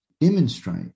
demonstrate